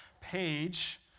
page